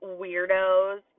weirdos